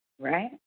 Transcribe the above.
Right